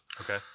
Okay